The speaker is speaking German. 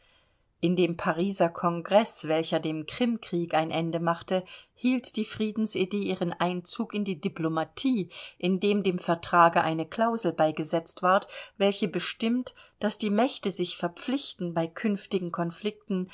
in dem pariser kongreß welcher dem krimkrieg ein ende machte hielt die friedensidee ihren einzug in die diplomatie indem dem vertrage eine klausel beigesetzt ward welche bestimmt daß die mächte sich verpflichten bei künftigen konflikten